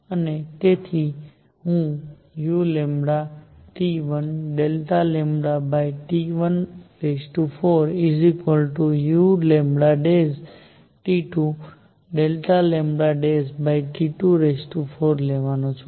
અને તેથી હું uΔλT14uλΔλT24 લેવાનો છું